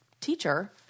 teacher